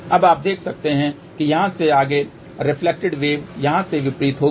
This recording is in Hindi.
अब आप देख सकते हैं कि यहाँ से आगे रिफ्लेक्टेड वेव यहाँ से विपरीत होगी